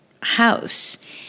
house